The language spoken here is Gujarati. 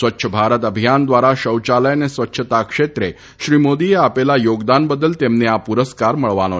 સ્વચ્છ ભારત અભિયાન દ્વારા શૌયાલય અને સ્વચ્છતા ક્ષેત્રે શ્રી માદીએ આપેલા યામાદાન બદલ તેમને આ પુરસ્કાર મળવાન છે